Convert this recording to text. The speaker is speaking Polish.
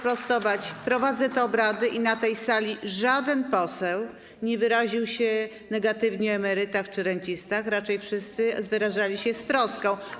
Prowadzę te obrady i na tej sali żaden poseł nie wyraził się negatywnie o emerytach czy rencistach, raczej wszyscy wyrażali się z troską.